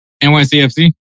NYCFC